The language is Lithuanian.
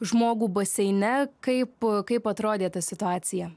žmogų baseine kaip kaip atrodė ta situacija